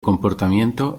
comportamiento